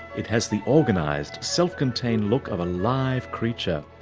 it has the organised, self-contained look of a live creature,